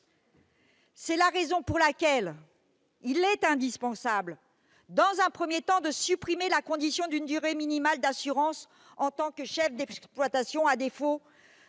C'est la raison pour laquelle il est indispensable, dans un premier temps, de supprimer la condition d'une durée minimale d'assurance en tant que chef d'exploitation. À défaut,